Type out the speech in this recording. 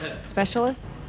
Specialist